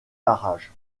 parages